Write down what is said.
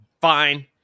Fine